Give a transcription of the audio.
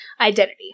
identity